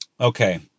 Okay